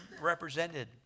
represented